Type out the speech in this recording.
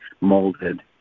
molded